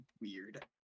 weird